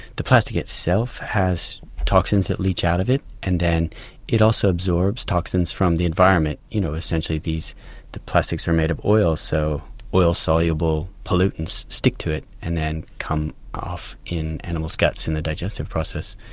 the plastic itself has toxins that leach out of it, and then it also absorbs toxins from the environment. you know essentially the plastics are made of oil, so oil soluble pollutants stick to it and then come off in animals' guts in the digestive process.